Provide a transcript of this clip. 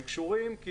הם קשורים כי